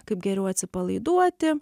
kaip geriau atsipalaiduoti